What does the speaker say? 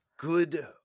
Good